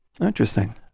Interesting